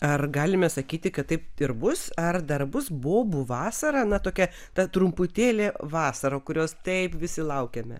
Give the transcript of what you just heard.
ar galime sakyti kad taip ir bus ar dar bus bobų vasara na tokia ta trumputėlė vasara kurios taip visi laukiame